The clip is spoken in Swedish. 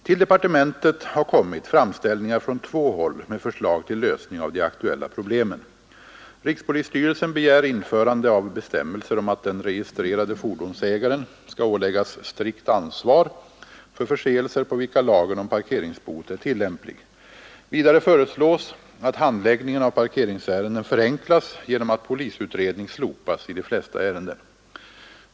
Till departementet har kommit framställningar från två håll med förslag till lösning av de aktuella problemen. Rikspolisstyrelsen begär införande av bestämmelser om att den registrerade fordonsägaren skall åläggas strikt ansvar för förseelser på vilka lagen om parkeringsbot är tillämplig. Vidare föreslås att handläggningen av parkeringsärenden förenklas genom att polisutredning slopas i de flesta ärenden.